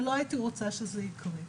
ולא הייתי רוצה שזה יקרה.